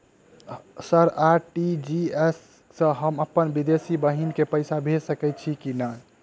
Sir RTGS सँ हम अप्पन विदेशी बहिन केँ पैसा भेजि सकै छियै की नै?